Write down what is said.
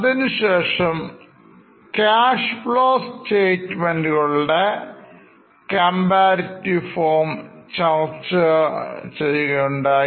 അതിനുശേഷം Cash Flow Statements കളുടെ Comparative form ചർച്ചഉണ്ടായി